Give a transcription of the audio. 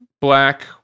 black